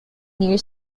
near